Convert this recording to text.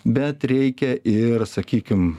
bet reikia ir sakykim